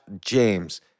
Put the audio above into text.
James